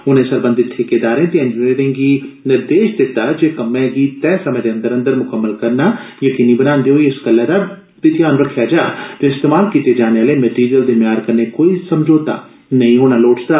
उनें सरबंधित ठेकेदार्रे ते इंजीनियरें गी निर्देश दिता जे कम्मै गी तैह समे दे अंदर अंदर मुकम्मल करना यकीनी बनांदे होई इस गल्लै दा बी ध्यान रक्खेया जा जे इस्तमाल कीते जाने आले मटीरिअल दे म्यार च कोई कमी पेशी नेई होनी लोडचदी